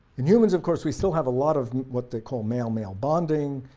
in humans of course we still have a lot of what they call male male bonding,